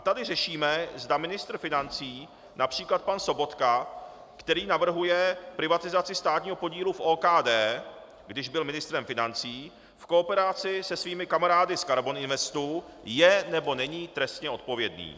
Tady řešíme, zda ministr financí, např. pan Sobotka, který navrhuje privatizaci státního podílu v OKD, když byl ministrem financí, v kooperaci se svými kamarády z Karbon Investu, je, nebo není trestně odpovědný.